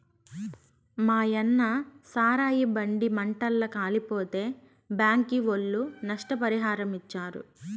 మాయన్న సారాయి బండి మంటల్ల కాలిపోతే బ్యాంకీ ఒళ్ళు నష్టపరిహారమిచ్చారు